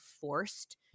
forced